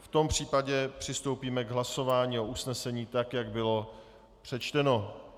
V tom případě přistoupíme k hlasování o usnesení tak, jak bylo přečteno.